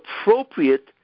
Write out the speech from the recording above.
appropriate